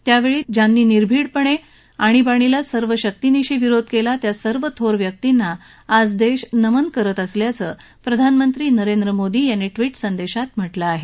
त्यावेळी ज्यांनी निर्भिडपणे आणीबाणीला सर्व शक्तीनिशी विरोध केला त्या सर्व थोर व्यक्तींना आज देश नमन करत असल्याचं प्रधानमंत्री नरेंद्र मोदी यांनी ट्विट संदेशात म्हटलं आहे